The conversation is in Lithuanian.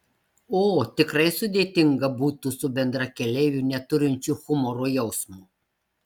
o tikrai sudėtinga būtų su bendrakeleiviu neturinčiu humoro jausmo